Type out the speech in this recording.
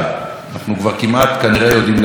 אנחנו כבר כמעט כנראה יודעים להגיד את זה,